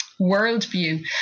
worldview